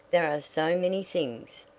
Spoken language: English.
there are so many things!